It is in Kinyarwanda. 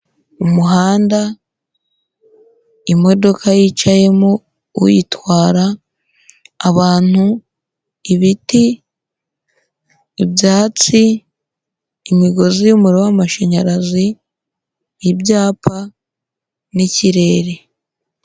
Umuhanda, imodoka yicayemo uyitwara, abantu, ibiti, ibyatsi, imigozi y'umuriro w'amashanyarazi, ibyapa n'ikirere.